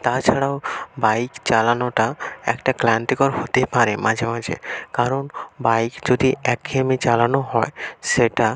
তাছাড়াও বাইক চালানোটা একটা ক্লান্তিকর হতে পারে মাঝে মাঝে কারণ বাইক যদি একঘেয়েমি চালানো হয় সেটা